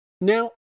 Now